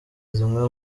zimwe